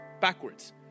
backwards